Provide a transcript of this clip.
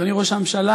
אדוני ראש הממשלה,